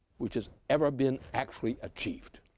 which has ever been actually achieved.